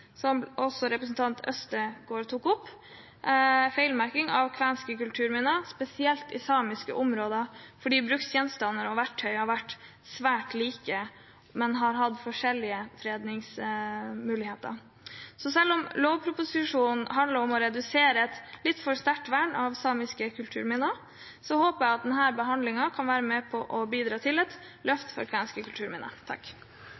som også representanten Øvstegård tok opp, spesielt i samiske områder, fordi bruksgjenstander og verktøy har vært svært like, men har hatt forskjellige fredningsmuligheter. Så selv om lovproposisjonen handler om å redusere et litt for sterkt vern av samiske kulturminner, håper jeg at denne behandlingen kan være med på å bidra til et